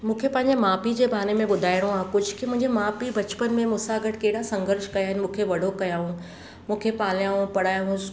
मूंखे पंहिंजे माउ पीउ जे बारे में ॿुधाइणो आहे कुझु कि मुंहिंजे माउ पीउ बचपन में मूंसां गॾु कहिड़ा संघर्ष कया आहिनि मूंखे वॾो कयऊं मूंखे पालियाऊं ऐं पढ़ायोसि